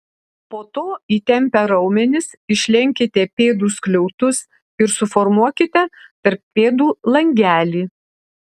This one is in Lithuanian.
po to įtempę raumenis išlenkite pėdų skliautus ir suformuokite tarp pėdų langelį